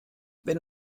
wenn